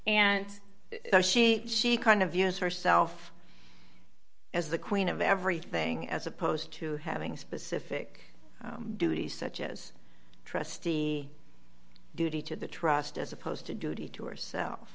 and she she kind of views herself as the queen of everything as opposed to having specific duties such as trustee duty to the trust as opposed to duty to hersel